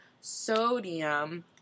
sodium